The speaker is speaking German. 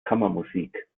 kammermusik